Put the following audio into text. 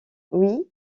oui